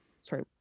sorry